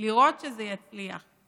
לראות שזה יצליח.